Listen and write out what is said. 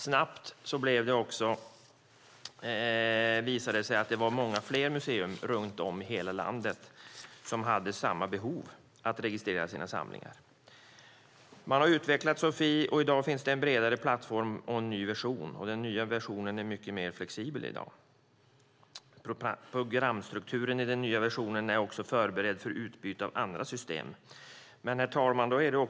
Snabbt visade det sig att det var många fler museer runt om i hela landet som hade samma behov av att registrera sina samlingar. Man har utvecklat Sofie, och i dag finns det en bredare plattform och en ny version, som är mycket mer flexibel. Programstrukturen i den nya versionen är också förberedd för utbyte av andra system. Herr talman!